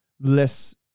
Less